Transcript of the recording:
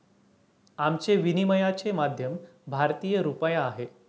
आमचे विनिमयाचे माध्यम भारतीय रुपया आहे